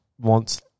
wants